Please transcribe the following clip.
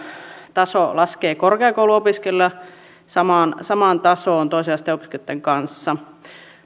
taso laskee korkeakouluopiskelijoilla samaan samaan tasoon toisen asteen opiskelijoitten kanssa